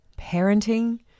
parenting